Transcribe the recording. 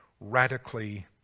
radically